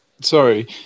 Sorry